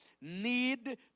need